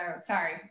sorry